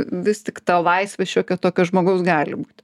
vis tik ta laisvė šiokia tokia žmogaus gali būt